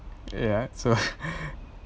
ya so